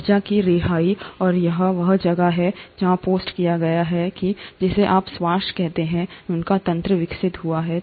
ऊर्जा की रिहाई और यह वह जगह है जहाँ यह पोस्ट किया गया है कि जिसे आप श्वसन कहते हैं उसका तंत्र विकसित हुआ है